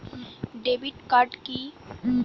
Debit card কি?